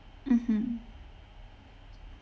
mmhmm